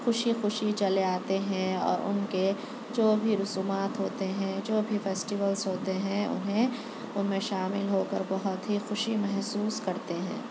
خوشی خوشی چلے آتے ہیں اور ان کے جو بھی رسومات ہوتے ہیں جو بھی فیسٹیولس ہوتے ہیں انہیں ان میں شامل ہو کر بہت ہی خوشی محسوس کرتے ہیں